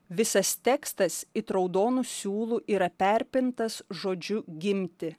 visas tekstas it raudonu siūlu yra perpintas žodžiu gimti